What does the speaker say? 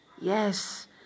Yes